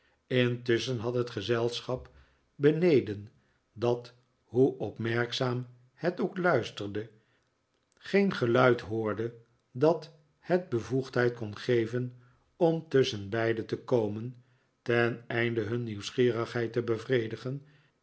intusschen had het gezelschap beneden dat hoe opmerkzaam het ook luisterde geen geluid hoorde dat het bevoegdheid kon geven om tusschenbeide te komen ten einde hun nieuwsgierigheid te bevredigen